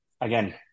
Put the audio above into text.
again